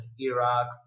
Iraq